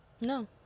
No